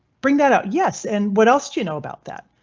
bring that up, yes, and what else do you know about that?